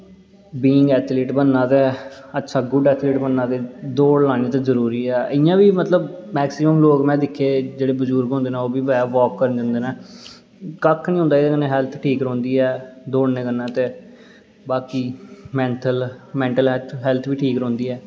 being athlete बनना ते अच्छा गुड ऐथलीट बनना ते दौड़ लानी ते जरूरी ऐ इ'यां बी मतलब मैकसिमम लोग में दिक्खे जेह्ड़े बजुर्ग होंदे न ओह् बी बॉक करन जंदे नै कक्ख निं होंदा ऐ सेह्त ठीक रौंह्दी ऐ दौड़ने कन्नै ते बाकी मैन्टल हैल्थ बी ठीक रौंह्दी ऐ